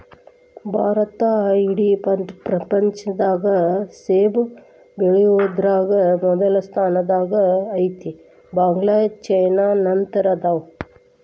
ಭಾರತಾ ಇಡೇ ಪ್ರಪಂಚದಾಗ ಸೆಣಬ ಬೆಳಿಯುದರಾಗ ಮೊದಲ ಸ್ಥಾನದಾಗ ಐತಿ, ಬಾಂಗ್ಲಾ ಚೇನಾ ನಂತರ ಅದಾವ